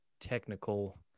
technical